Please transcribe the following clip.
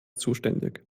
zuständig